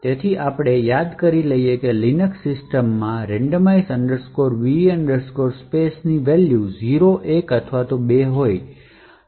તેથી આપણે યાદ કરીએ છીએ કે લિનક્સ સિસ્ટમોમાં randomize va space વેલ્યુ 0 1 અથવા 2 લેશે